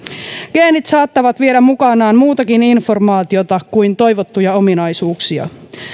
geenit saattavat viedä mukanaan muutakin informaatiota kuin toivottuja ominaisuuksia